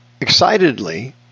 excitedly